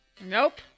Nope